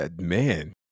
Man